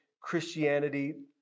Christianity